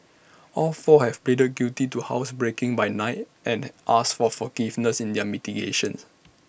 all four have pleaded guilty to housebreaking by night and asked for forgiveness in their mitigation